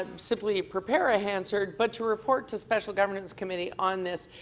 um simply prepare a hansard but to report to special governance committee on this.